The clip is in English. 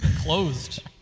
closed